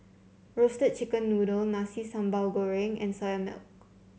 Roasted Chicken Noodle Nasi Sambal Goreng and Soya Milk